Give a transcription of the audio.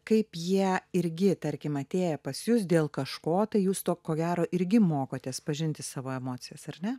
kaip jie irgi tarkim atėję pas jus dėl kažko tai jūs to ko gero irgi mokotės pažinti savo emocijas ar ne